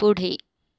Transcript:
पुढे